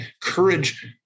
Courage